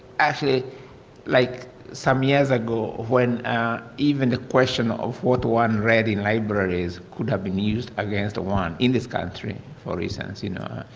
actually like some years ago when even the question of what one read in libraries could have been used against one in this country, for instance, you know,